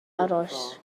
aros